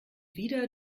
wieder